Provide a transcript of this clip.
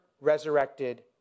resurrected